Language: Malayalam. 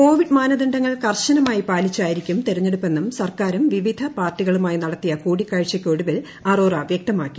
കോവിറ്റു് മാനദണ്ഡങ്ങൾ കർശനമായി പാലിച്ചായിരിക്കും തെരഞ്ഞെടുപ്പെന്നും സർക്കാരും വിവിധ പാർട്ടികളുമായി നടത്തിയ ക്ടൂടിക്കാഴ്ചയ്ക്കൊടുവിൽ അറോറ വൃക്തമാക്കി